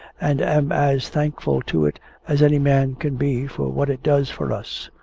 and am as thankful to it as any man can be for what it does for us.